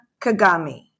Kagami